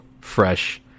fresh